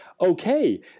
Okay